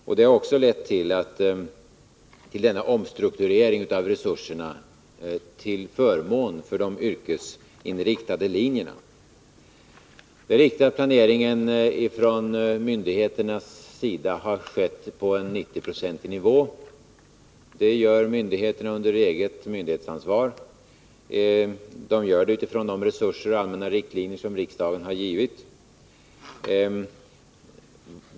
Detta har också lett till omprioriteringar av resurserna till förmån för de yrkesinriktade linjerna. Det är riktigt att planeringen från myndigheternas sida har skett på en 90-procentig nivå. Det gör myndigheterna under myndighetsansvar utifrån de resurser och allmänna riktlinjer som riksdagen har givit.